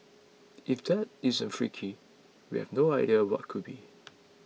if that isn't freaky we have no idea what could be